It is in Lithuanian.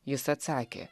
jis atsakė